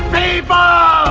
pay by